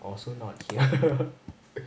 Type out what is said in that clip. also not here